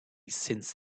since